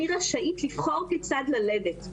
אני רשאית לבחור כיצד ללדת.